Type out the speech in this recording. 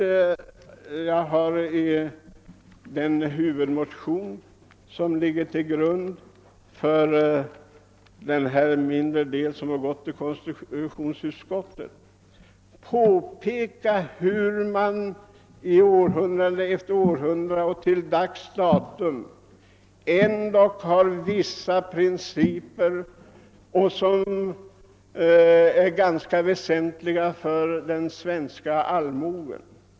I den huvudmotion som ligger till grund för den mindre motion som hänvisats till konstitutionsutskottet har jag påpekat hur man, århundrade efter århundrade och fram till dags dato, ändå följt vissa principer som är väsentliga för den svenska allmogen.